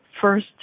first